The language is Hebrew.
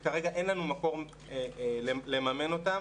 שכרגע אין לנו מקור לממן אותן,